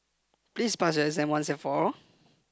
please pass your exam once and for all